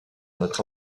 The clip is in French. notre